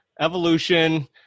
evolution